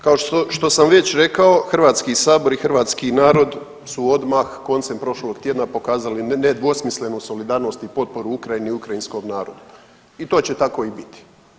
Kao što sam već rekao HS i hrvatski narod su odmah koncem prošlog tjedna pokazali nedvosmislenu solidarnost i potporu Ukrajini i ukrajinskom narodu i to će tako i biti.